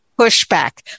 pushback